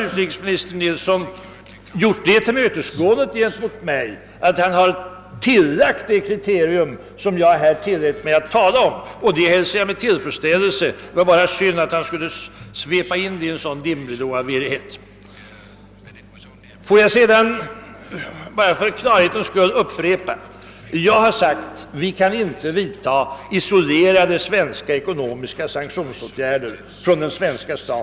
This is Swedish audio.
Utrikesminister Nilsson har alltså nu gjort det tillmötesgåendet mot mig att lägga till det kriterium jag framfört, och det hälsar jag med tillfredsställelse. Det var bara synd att han skulle svepa in det i en sådan dimridå av virrighet. Jag vill bara för klarhetens skull upprepa att jag beträffande sanktionspolitik i övrigt för det första har sagt att vi inte kan tillgripa isolerade ekonomiska sanktionsåtgärder från svenskt håll.